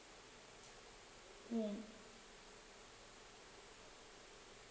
mm